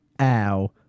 ow